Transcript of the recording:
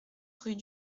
rue